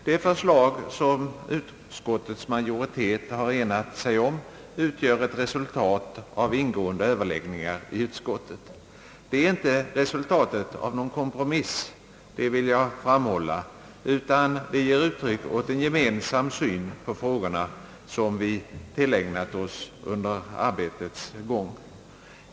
Det förslag, som utskottets majoritet har enat sig om, utgör ett resultat av ingående överläggningar i utskottet. Det är inte resultatet av någon kompromiss — det vill jag framhålla — utan ger uttryck åt en gemensam syn på frågorna som vi tillägnat oss under arbetets gång.